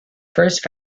first